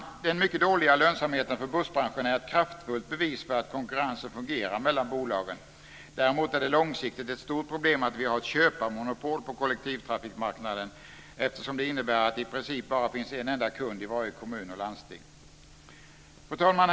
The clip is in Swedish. Den mycket dåliga lönsamheten för bussbranschen är ett kraftfullt bevis för att konkurrensen fungerar mellan bolagen. Däremot är det långsiktigt ett stort problem att vi har ett köparmonopol på kollektivtrafikmarknaden, eftersom det innebär att det i princip bara finns en enda kund i varje kommun och landsting. Fru talman!